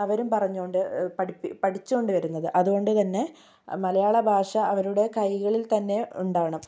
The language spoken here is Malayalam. അവരും പറഞ്ഞുകൊണ്ട് പഠിപ്പി പഠിച്ചുകൊണ്ട് വരുന്നത് അത്കൊണ്ട് തന്നെ മലയാള ഭാഷ അവരുടെ കൈകളിൽ തന്നെ ഉണ്ടാക്കണം